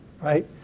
right